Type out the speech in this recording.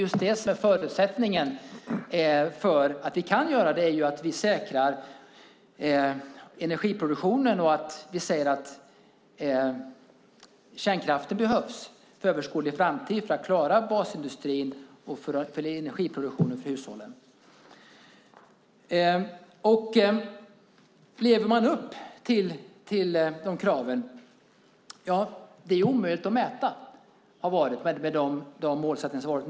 Men förutsättningen för att vi kan göra det är att vi säkrar energiproduktionen. Kärnkraften behövs för överskådlig framtid för att klara basindustrins behov och energiproduktionen för hushållen. Lever man upp till kraven? Det har varit omöjligt att mäta.